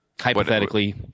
hypothetically